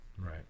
Right